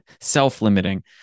self-limiting